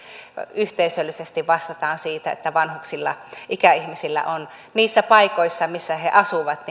yhteisöllisesti vastataan siitä että ikäihmisillä on niissä paikoissa missä he he asuvat